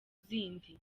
zindi